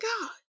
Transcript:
God